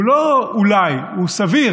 הוא לא אולי, הוא סביר.